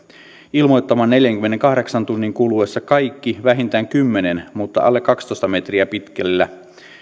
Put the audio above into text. ilmoittamaan neljänkymmenenkahdeksan tunnin kuluessa kaikki vähintään kymmenen mutta alle kaksitoista metriä pitkällä